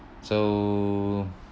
so